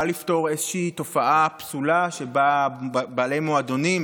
לפתור איזושהי תופעה פסולה שבה בעלי מועדונים,